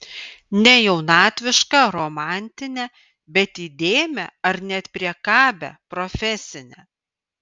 ne jaunatvišką romantinę bet įdėmią ar net priekabią profesinę